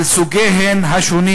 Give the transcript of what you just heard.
על סוגיהם השונים,